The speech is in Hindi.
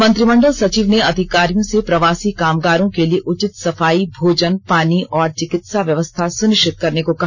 मंत्रिमंडल सचिव ने अधिकारियों से प्रवासी कामगारों के लिए उचित सफाई भोजन पानी और चिकित्सा व्यवस्था सुनिश्चित करने को कहा